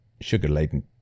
sugar-laden